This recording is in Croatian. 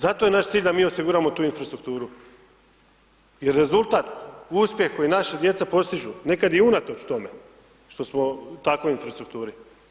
Zato je naš cilj da mi osiguramo tu infrastrukturu jer rezultat, uspjeh koji naša djeca postižu nekad i unatoč tome što smo u takvoj infrastrukturi.